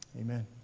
Amen